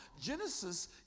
Genesis